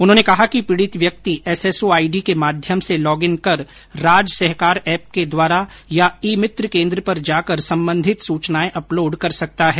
उन्होंने कहा कि पीड़ित व्यक्ति एसएसओ आईडी के माध्यम से लॉगिन कर राजसहकार एप के द्वारा या ई मित्र केन्द्र पर जाकर संबंधित सूचनायें अपलोड कर सकता है